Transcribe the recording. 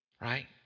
Right